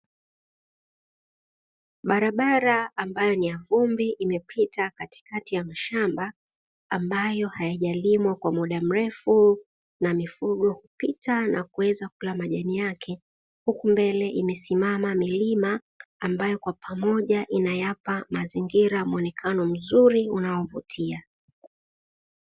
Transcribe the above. Barabara ambayo ni ya vumbi imepita katikati ya mashamba, ambayo hayajalimwa kwa muda mrefu na mifugo kupita na kuweza kula majani yake; huku mbele imesimama milima ambayo kwa pamoja inayapa mazingira mwonekano mzuri unaovutia.